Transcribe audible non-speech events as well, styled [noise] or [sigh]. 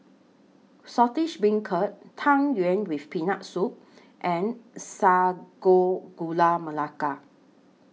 Saltish Beancurd Tang Yuen with Peanut Soup [noise] and Sago Gula Melaka